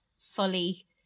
fully